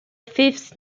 fifth